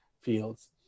fields